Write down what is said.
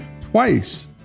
twice